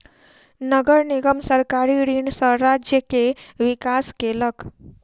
नगर निगम सरकारी ऋण सॅ राज्य के विकास केलक